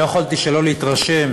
לא יכולתי שלא להתרשם,